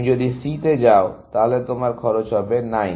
তুমি যদি C তে যাও তাহলে তোমার খরচ হবে 9